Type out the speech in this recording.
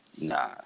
Nah